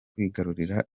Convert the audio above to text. kwigarurira